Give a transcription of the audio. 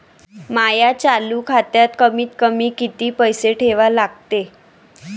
माया चालू खात्यात कमीत कमी किती पैसे ठेवा लागते?